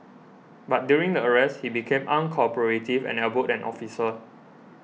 but during the arrest he became uncooperative and elbowed an officer